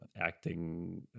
acting